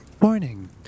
Morning